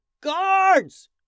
Guards